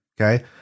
Okay